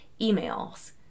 emails